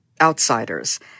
outsiders